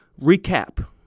recap